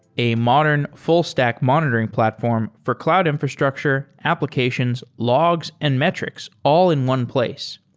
a modern, full-stack monitoring platform for cloud infrastructure, applications, logs and metrics all in one place.